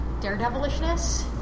daredevilishness